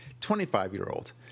25-year-old